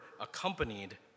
accompanied